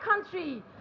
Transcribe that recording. country